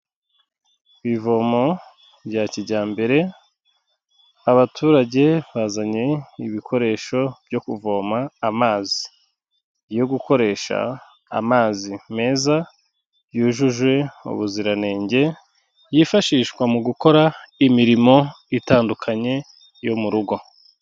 Ivomo rya kijyambere, abaturage bazanye ibikoresho byo kuvoma amazi yo gukoresha, amazi meza yujuje ubuziranenge, yifashishwa mu gukora imirimo itandukanye yo mu rugo.